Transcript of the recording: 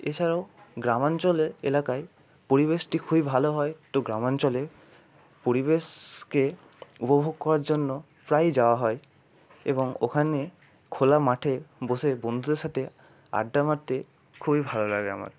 এছাড়াও গ্রামাঞ্চলের এলাকায় পরিবেশটি খুবই ভালো হয় তো গ্রামাঞ্চলে পরিবেশকে উপভোগ করার জন্য প্রায়ই যাওয়া হয় এবং ওখানে খোলা মাঠে বসে বন্ধুদের সাথে আড্ডা মারতে খুবই ভালো লাগে আমার